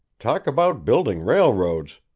talk about building railroads!